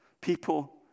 People